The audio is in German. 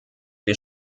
wir